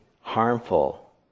harmful